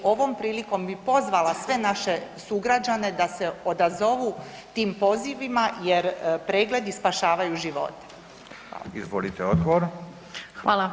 I ovom prilikom bih pozvala sve naše sugrađane da se odazovu tim pozivima jer pregledi spašavaju živote.